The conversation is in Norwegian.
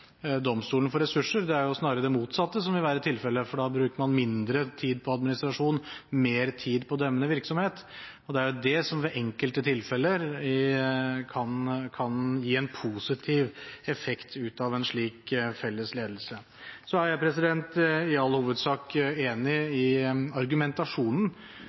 ressurser. Det er snarere det motsatte som vil være tilfellet, for da bruker man mindre tid på administrasjon og mer tid på dømmende virksomhet. Det er jo det som ved enkelte tilfeller kan gi en positiv effekt av en slik felles ledelse. Jeg er i all hovedsak enig i argumentasjonen,